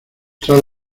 tras